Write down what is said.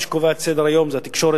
מי שקובע את סדר-היום זה התקשורת,